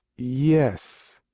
yes.